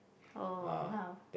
oh !wah!